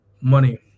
money